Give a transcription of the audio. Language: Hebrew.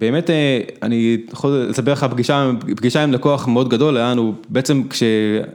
באמת אני יכול לספר לך פגישה עם לקוח מאוד גדול, היה לנו בעצם כש...